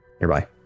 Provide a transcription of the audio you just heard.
nearby